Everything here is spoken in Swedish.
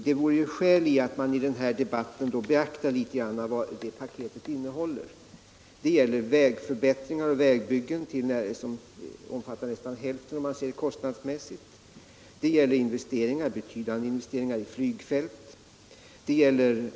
Det vore skäl i att man i den här debatten beaktade vad det paketet innehåller. c Vägförbättringar och vägbyggen omfattar nästan hälften av paketet, om man ser det kostnadsmässigt. Paketet innehåller vidare betydande investeringar i flygfält.